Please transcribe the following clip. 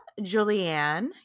Julianne